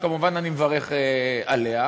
שכמובן אני מברך עליה,